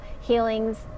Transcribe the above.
healings